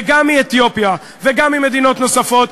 וגם מאתיופיה וגם ממדינות נוספות,